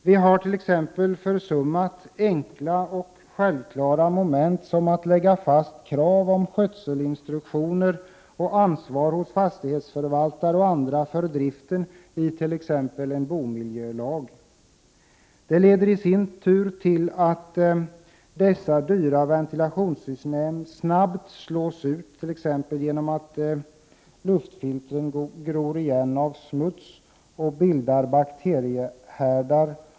Vi har t.ex. försummat enkla och självklara moment som att lägga fast krav på skötselinstruktioner och ansvar för driften hos fastighetsförvaltare och andra i t.ex. en bomiljölag. Det leder i sin tur till att dessa dyra ventilationssystem snabbt slås ut, t.ex. genom att luftfilter gror igen av smuts som bildar bakteriehärdar.